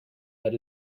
that